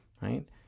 Right